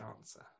answer